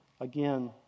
again